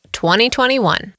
2021